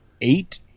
eight